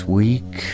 week